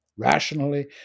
Rationally